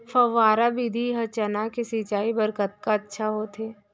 फव्वारा विधि ह चना के सिंचाई बर कतका अच्छा होथे?